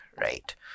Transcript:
right